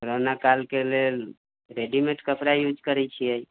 corona कालके लेल readymade कपड़ा यूज करैत छियै